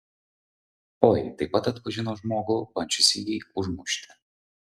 oi taip pat atpažino žmogų bandžiusįjį užmušti